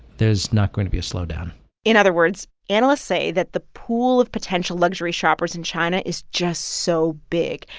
there's not going to be a slowdown in other words, analysts say that the pool of potential luxury shoppers in china is just so big.